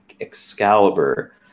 Excalibur